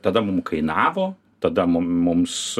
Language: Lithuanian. tada mum kainavo tada mum mums